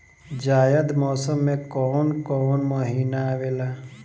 जायद मौसम में कौन कउन कउन महीना आवेला?